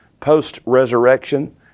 post-resurrection